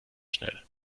schnell